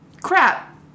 crap